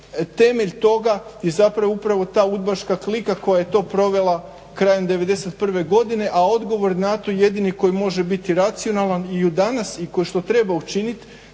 temelj toga je zapravo ta udbaška klika koja je to provela krajem 91. godine a odgovor na to jedini koji može biti racionalna i danas i tko što treba učinit